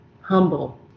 humble